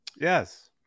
Yes